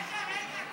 רגע, רגע.